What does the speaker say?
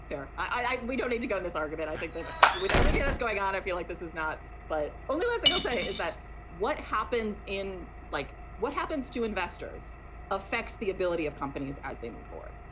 yeah i like we don't need to go in this argument i think that with everything that's going on, i feel like this is not but only one thing i'll say is that what happens in like what happens to investors affects the ability of companies as they move forward.